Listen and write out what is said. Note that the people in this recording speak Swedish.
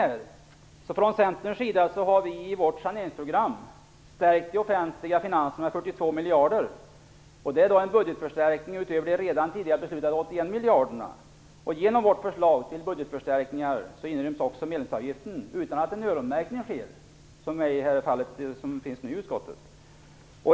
Vi i Centern har i vårt saneringsprogram föreslagit en stärkning av finanserna med 42 miljarder. Det är en budgetförstärkning utöver de redan tidigare beslutade 81 miljarderna. I vårt förslag till budgetförstärkningar inryms också medlemsavgiften utan att någon öronmärkning sker, som är fallet i utskottet.